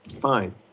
fine